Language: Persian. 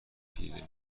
پیر